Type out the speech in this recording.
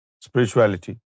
spirituality